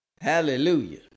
Hallelujah